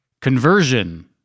conversion